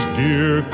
dear